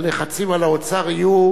הלחצים על האוצר יהיו,